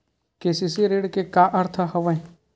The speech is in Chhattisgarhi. के.सी.सी ऋण के का अर्थ हवय?